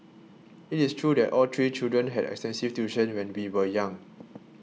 it is true that all three children had extensive tuition when we were young